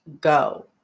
go